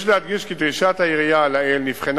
יש להדגיש כי דרישת העירייה לעיל נבחנה